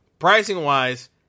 Pricing-wise